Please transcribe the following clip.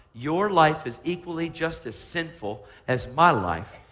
your life is equally just as sinful as my life.